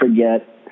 forget